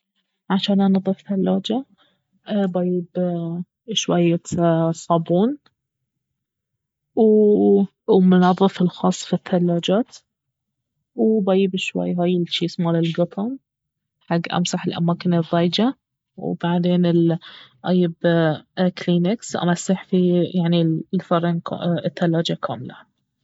عشان انظف ثلاجة باييب شوية صابون والمنظف الخاص في الثلاجات وباييب شوي هاي الجيس مال القطن حق امسح الأماكن الضيجة وبعدين ال اييب كلينكس امسح فيه يعني الفرن-الثلاجة كاملة